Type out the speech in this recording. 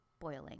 boiling